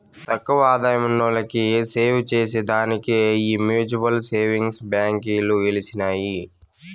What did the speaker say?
తక్కువ ఆదాయమున్నోల్లకి సేవచేసే దానికే ఈ మ్యూచువల్ సేవింగ్స్ బాంకీలు ఎలిసినాయి